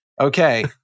Okay